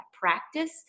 practice